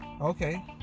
Okay